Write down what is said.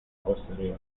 posterior